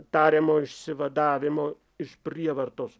tariamo išsivadavimo iš prievartos